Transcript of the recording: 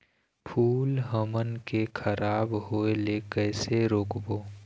फूल हमन के खराब होए ले कैसे रोकबो?